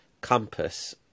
compass